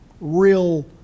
real